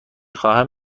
خواهم